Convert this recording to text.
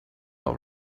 all